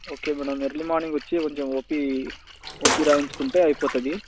okay madam early morning వచ్చి కొంచెం OP OP రాయించుకుంటే అయిపోతుంది